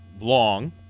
long